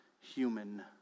human